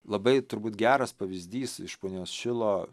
labai turbūt geras pavyzdys iš punios šilo